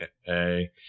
Hey